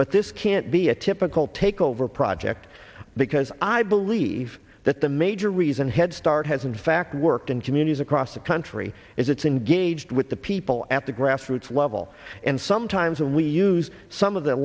but this can't be a typical takeover project because i believe that the major reason head start has in fact worked in communities across the country is it's engaged with the people at the grassroots level and sometimes we use some of th